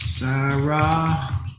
Sarah